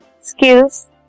skills